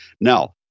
Now